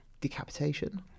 Decapitation